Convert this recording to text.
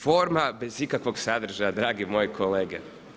Forma bez ikakvog sadržaja drage moje kolege.